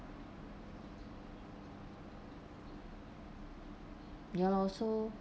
ya lor so